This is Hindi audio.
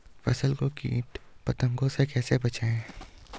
फसल को कीट पतंगों से कैसे बचाएं?